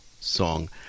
song